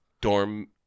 Dorm